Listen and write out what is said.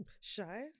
Shy